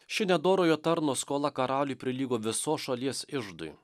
ši nedorojo tarno skola karaliui prilygo visos šalies iždui